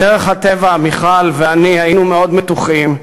בדרך הטבע, מיכל ואני היינו מאוד מתוחים,